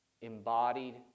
embodied